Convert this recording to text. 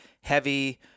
heavy